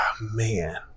Man